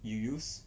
you use